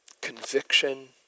conviction